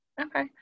Okay